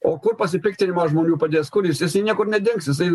o kur pasipiktinimą žmonių padės kur jis jisai niekur nedings jisai